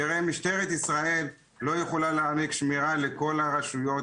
משטרת ישראל לא יכולה להעניק שמירה לכל הרשויות,